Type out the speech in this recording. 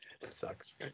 Sucks